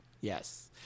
Yes